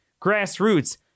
grassroots